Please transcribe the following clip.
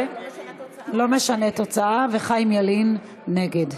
זה לא משנה תוצאה, וחיים ילין נגד,